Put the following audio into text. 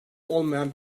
olmayan